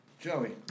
Joey